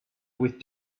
with